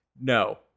No